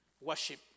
worship